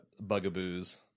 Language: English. bugaboos